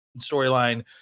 storyline